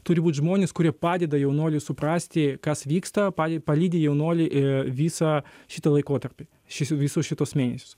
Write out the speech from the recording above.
turi būt žmonės kurie padeda jaunuoliui suprasti kas vyksta pa palydi jaunuolį ir visą šitą laikotarpį šis visus šituos mėnesius